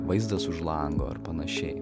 vaizdas už lango ar panašiai